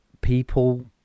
people